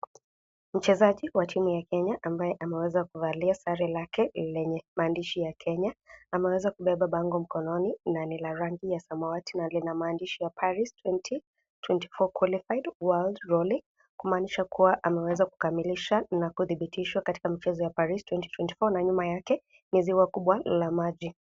Mchezaji wa timu ya Kenya ambaye ameweza kuvalia sare lake lenye maandishi ya Kenya, ameweza kubeba bango mkononi na ni la rangi ya samawati na maandishi ya Paris 2024 qualified World Roller, kumaanisha kuwa ameweza kukamilisha na kuthibitishwa katika michezo ya Paris 2024 na nyuma yake mwezi wa kubwa la maji.